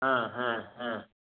ह ह ह